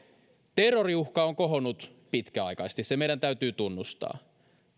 terroriuhka on kohonnut pitkäaikaisesti se meidän täytyy tunnustaa